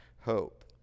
hope